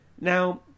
Now